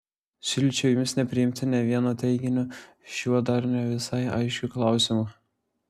siūlyčiau jums nepriimti nė vieno teiginio šiuo dar ne visai aiškiu klausimu